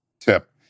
tip